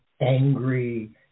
angry